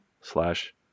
slash